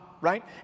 right